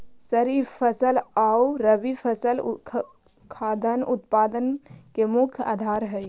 खरीफ फसल आउ रबी फसल खाद्यान्न उत्पादन के मुख्य आधार हइ